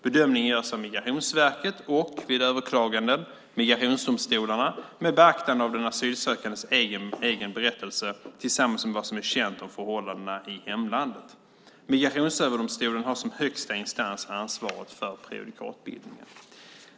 Bedömningen görs av Migrationsverket och, vid överklaganden, migrationsdomstolarna med beaktande av den asylsökandes egen berättelse tillsammans med vad som är känt om förhållandena i hemlandet. Migrationsöverdomstolen har som högsta instans ansvaret för prejudikatbildningen.